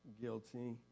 guilty